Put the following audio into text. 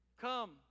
Come